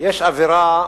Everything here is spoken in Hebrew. יש אווירה